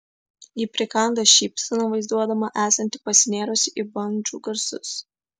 ji prikanda šypseną vaizduodama esanti pasinėrusi į bandžų garsus